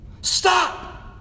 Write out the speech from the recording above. Stop